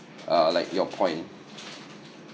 uh like your point